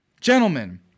gentlemen